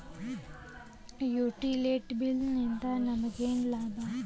Utility bill ನಿಂದ್ ನಮಗೇನ ಲಾಭಾ?